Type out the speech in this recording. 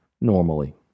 normally